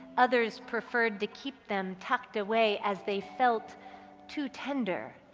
others preferred to keep them tucked away, as they felt too tender,